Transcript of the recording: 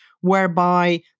whereby